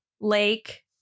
Lake